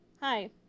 Hi